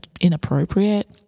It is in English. inappropriate